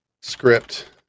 script